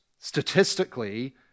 statistically